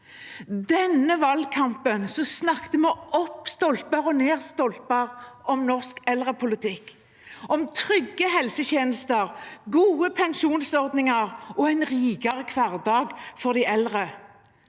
denne valgkampen snakket vi opp ad stolper og ned ad vegger om norsk eldrepolitikk, om trygge helsetjenester, gode pensjonsordninger og en rikere hverdag for de eldre.